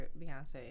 Beyonce